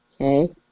Okay